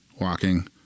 walking